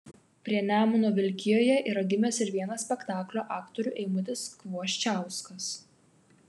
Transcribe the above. prie nemuno vilkijoje yra gimęs ir vienas spektaklio aktorių eimutis kvoščiauskas